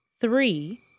Three